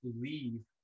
believe